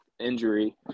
injury